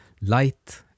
light